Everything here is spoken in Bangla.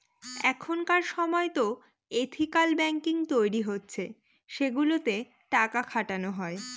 এখনকার সময়তো এথিকাল ব্যাঙ্কিং তৈরী হচ্ছে সেগুলোতে টাকা খাটানো হয়